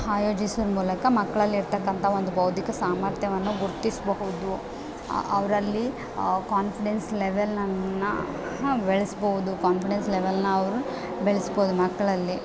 ಆಯೋಜಿಸುವ ಮೂಲಕ ಮಕ್ಕಳಲ್ಲಿರ್ತಕ್ಕಂಥ ಒಂದು ಬೌದ್ಧಿಕ ಸಾಮರ್ಥ್ಯವನ್ನು ಗುರ್ತಿಸಬಹುದು ಅವರಲ್ಲಿ ಕಾನ್ಫಿಡೆನ್ಸ್ ಲೆವೆಲನ್ನು ಬೆಳೆಸ್ಬೌದು ಕಾನ್ಫಿಡೆನ್ಸ್ ಲೆವೆಲನ್ನು ಅವರು ಬೆಳೆಸ್ಬೌದು ಮಕ್ಕಳಲ್ಲಿ